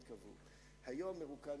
ככה,